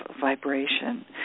vibration